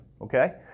Okay